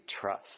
trust